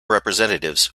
representatives